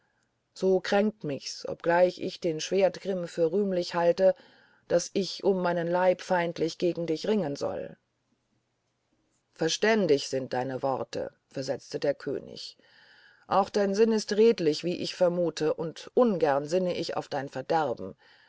so kränkt mich's obgleich ich den schwertgrimm für rühmlich halte daß ich um meinen leib feindlich gegen dich ringen soll verständig sind deine worte versetzte der könig auch dein sinn ist redlich wie ich vermute und ungern sinne ich auf dein verderben